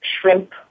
shrimp